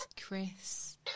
chris